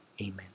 Amen